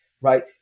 right